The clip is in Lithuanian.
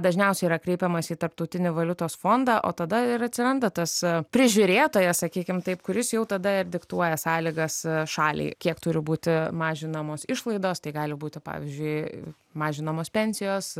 dažniausiai yra kreipiamasi į tarptautinį valiutos fondą o tada ir atsiranda tas prižiūrėtojas sakykim taip kuris jau tada ir diktuoja sąlygas šaliai kiek turi būti mažinamos išlaidos tai gali būti pavyzdžiui mažinamos pensijos